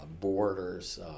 borders